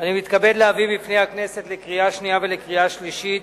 אני מתכבד להביא בפני הכנסת לקריאה שנייה ולקריאה שלישית